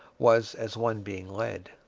was as one being led.